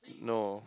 no